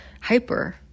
hyper